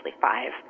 five